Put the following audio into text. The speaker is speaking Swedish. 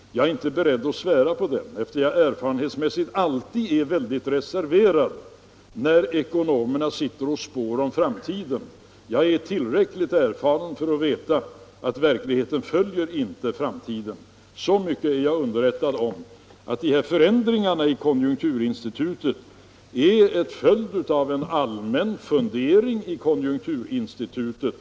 Jag är inte beredd att svära på den, eftersom jag erfarenhetsmässigt alltid är väldigt reserverad när ekonomerna spår om framtiden. Jag är tillräckligt erfaren för att veta att verkligheten inte följer prognoserna. Jag är underrättad om att förändringarna i konjunkturinstitutets rapport är en följd av en allmän fundering av konjunkturinstitutet.